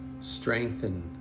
Strengthen